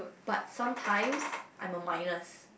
but sometimes I'm a minus